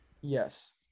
Yes